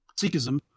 Sikhism